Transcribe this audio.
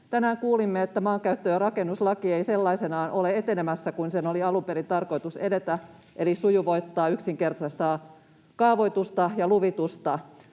Tänään kuulimme, että maankäyttö- ja rakennuslaki ei ole etenemässä sellaisena kuin sen oli alun perin tarkoitus edetä, eli sujuvoittaa, yksinkertaistaa kaavoitusta ja luvitusta.